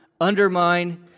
undermine